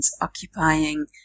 occupying